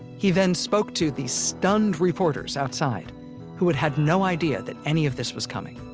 he then spoke to the stunned reporters outside who had had no idea that any of this was coming.